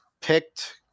picked